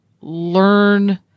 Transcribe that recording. learn